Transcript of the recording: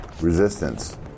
resistance